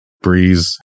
breeze